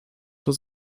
zur